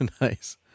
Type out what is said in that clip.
Nice